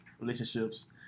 Relationships